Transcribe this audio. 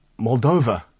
Moldova